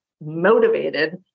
motivated